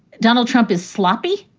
donald trump is sloppy,